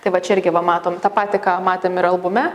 tai va čia irgi va matom tą patį ką matėm ir albume